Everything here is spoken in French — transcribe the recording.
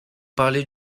parlez